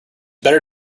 better